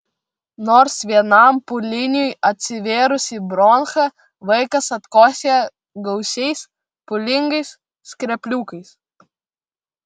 nors vienam pūliniui atsivėrus į bronchą vaikas atkosėja gausiais pūlingais skrepliukais